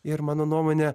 ir mano nuomone